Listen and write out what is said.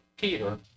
Peter